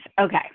Okay